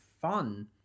fun